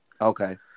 Okay